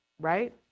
right